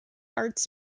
arts